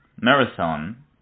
Marathon